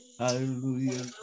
hallelujah